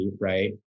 right